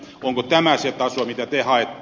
onko tämä se taso mitä te haette